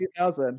2000